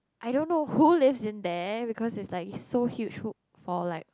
I don't know who is in there because is like so huge wood or like